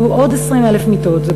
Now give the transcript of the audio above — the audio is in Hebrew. יהיו עוד 20,000 מיטות,